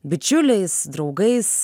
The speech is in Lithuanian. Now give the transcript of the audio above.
bičiuliais draugais